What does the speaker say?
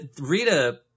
Rita